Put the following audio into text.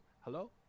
Hello